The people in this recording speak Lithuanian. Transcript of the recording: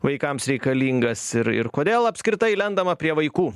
vaikams reikalingas ir ir kodėl apskritai lendama prie vaikų